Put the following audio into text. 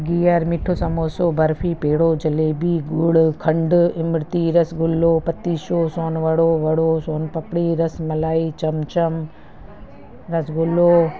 गीहर मिठो सम्बोसो बर्फ़ी पेड़ो जिलेबी ॻुड़ु खंडु इमरती रसगुलो पतीशो सोनवड़ो वड़ो सोनपपड़ी रसमलाई चमचम रसगुलो